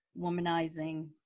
womanizing